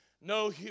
No